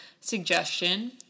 suggestion